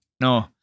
no